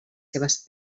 seves